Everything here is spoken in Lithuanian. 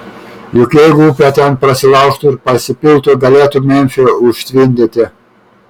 juk jeigu upė ten prasilaužtų ir pasipiltų galėtų memfį užtvindyti